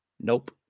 Nope